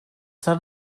son